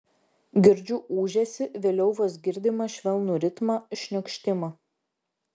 girdžiu ūžesį vėliau vos girdimą švelnų ritmą šniokštimą